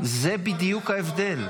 --- זה בדיוק ההבדל.